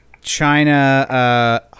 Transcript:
China